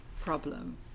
problem